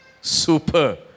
super